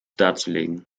darzulegen